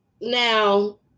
Now